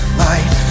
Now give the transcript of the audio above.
light